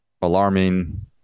alarming